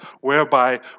whereby